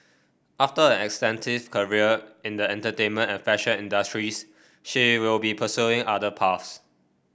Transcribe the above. after an extensive career in the entertainment and fashion industries she will be pursuing other paths